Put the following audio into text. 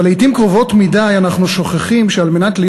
אבל לעתים קרובות מדי אנחנו שוכחים שעל מנת להיות